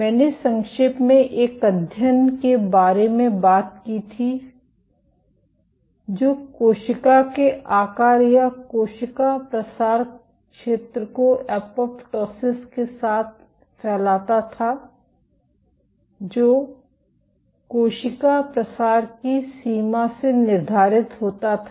मैंने संक्षेप में एक अध्ययन के बारे में बात की थी जो कोशिका के आकार या कोशिका प्रसार क्षेत्र को एपोप्टोसिस के साथ फैलाता था जो कोशिका प्रसार की सीमा से निर्धारित होता था